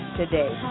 today